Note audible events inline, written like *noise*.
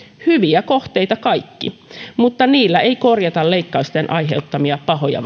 hyviä kohteita kaikki mutta niillä ei korjata leikkausten aiheuttamia pahoja *unintelligible*